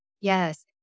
Yes